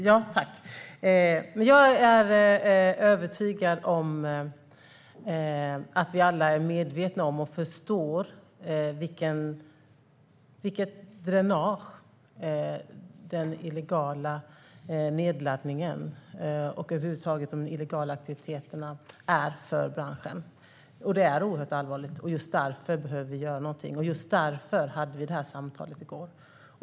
Herr talman! Jag är övertygad om att vi alla är medvetna om och förstår hur den illegala nedladdningen och de illegala aktiviteterna dränerar branschen. Det är oerhört allvarligt. Just därför behöver någonting göras, och just därför hade vi samtalet i går.